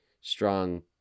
strong